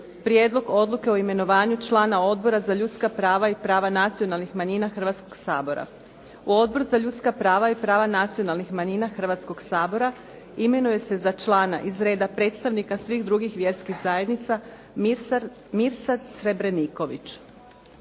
Prijedlog odluke o imenovanju člana Odbora za ljudska prava i prava nacionalnih manjina Hrvatskog sabora. Odbor za ljudska prava i prava nacionalnih manjina Hrvatskog sabora imenuje se za člana iz reda predstavnika svih drugih vjerskih zajednica Mirsad Srebreniković.